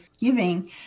giving